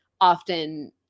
often